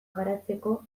garatzeko